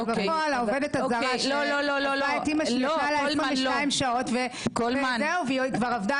אבל בפועל העובדת הזרה שעזבה את אימא שלה --- זה לא עובד.